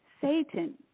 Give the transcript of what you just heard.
Satan